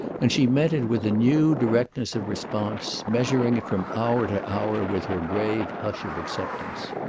and she met it with a new directness of response, measuring it from hour to hour with her grave hush of acceptance.